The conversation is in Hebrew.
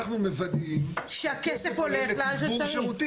אנחנו מוודאים שהכסף הולך לתגבור שירותים.